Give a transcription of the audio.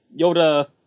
Yoda